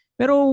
pero